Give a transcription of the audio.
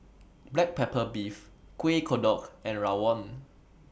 Black Pepper Beef Kueh Kodok and Rawon